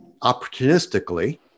opportunistically